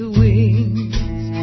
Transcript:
wings